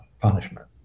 punishment